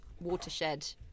watershed